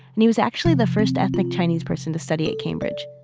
and he was actually the first ethnic chinese person to study at cambridge.